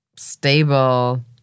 Stable